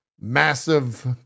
massive